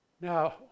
Now